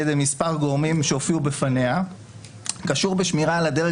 ידי מספר גורמים שהופיעו בפניה קשור בשמירה על הדרג